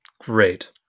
Great